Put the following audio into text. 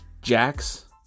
Jax